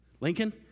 Lincoln